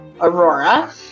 Aurora